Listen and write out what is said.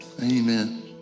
Amen